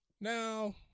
Now